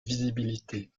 visibilité